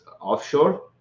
offshore